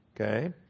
Okay